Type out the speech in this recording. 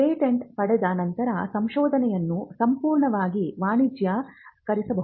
patent ಪಡೆದ ನಂತರ ಸಂಶೋಧನೆಯನ್ನು ಸಂಪೂರ್ಣವಾಗಿ ವಾಣಿಜ್ಯೀಕರಿಸಬಹುದು